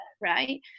right